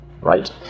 right